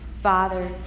Father